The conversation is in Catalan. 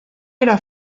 era